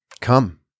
Come